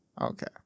Okay